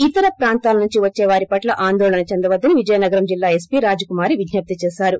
ఇతర ప్రాంతాల నుంచి వచ్చే వారి పట్ల ఆందోళన చెందవద్దని విజయనగరం జిల్లా ఎస్పీ రాజకుమారి విజ్ఞప్తి చేశారు